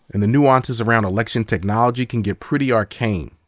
and the nuances around election technology can get pretty arcane,